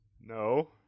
No